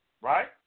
right